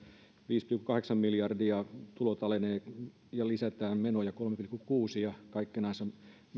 viisi pilkku kahdeksan miljardia tulot alenevat ja lisätään menoja kolme pilkku kuusi ja kaikkenansa